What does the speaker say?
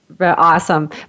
Awesome